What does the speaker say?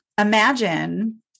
imagine